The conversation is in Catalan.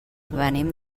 venim